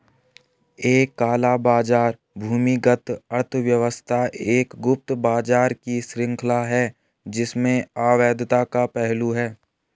एक काला बाजार भूमिगत अर्थव्यवस्था एक गुप्त बाजार की श्रृंखला है जिसमें अवैधता का पहलू है